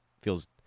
feels